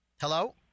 Hello